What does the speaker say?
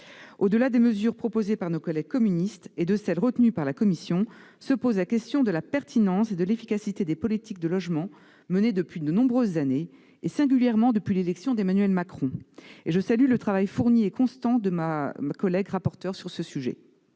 Au-delà des mesures proposées par nos collègues communistes et de celles qu'a retenues la commission, se pose la question de la pertinence et de l'efficacité des politiques de logement menées depuis de nombreuses années, singulièrement depuis l'élection d'Emmanuel Macron. Je salue le travail fourni et constant de ma collègue rapporteur sur ce sujet.